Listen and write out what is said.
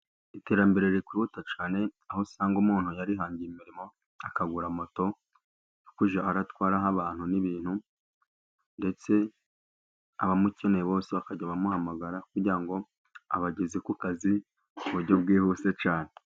Iterambere riri kwihuta cyane, aho usanga umuntu yarihangiye imirimo akagura moto, yo kujya aratwaraho abantu n'ibintu, ndetse abamukeneye bose bakajya bamuhamagara, kugira ngo abageze ku kazi ku buryo bwihuse cyane.